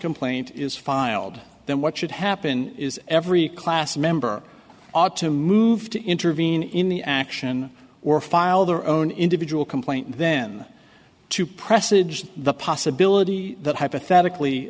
complaint is fine then what should happen is every class member ought to move to intervene in the action or file their own individual complaint then to presage the possibility that hypothetically